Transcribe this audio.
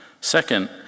Second